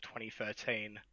2013